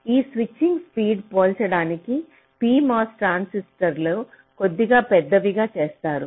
ఈ switching speed పోల్చడానికి pMOS ట్రాన్సిస్టర్లు కొద్దిగా పెద్దవిగా చేస్తారు